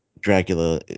Dracula